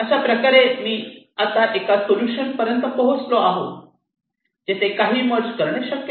अशाप्रकारे मी आता एका सोल्युशन पर्यंत पोहोचलो आहे जेथे काहीही मर्ज करणे शक्य नाही